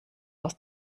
aus